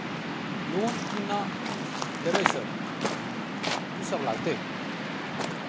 Loan की ना लेबय सर कि सब लगतै?